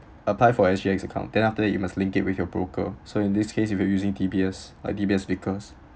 apply for S_G_X account then after that you must link it with your broker so in this case if you're using D_B_S uh D_B_S vickers